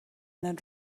not